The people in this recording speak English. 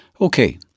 Okay